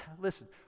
listen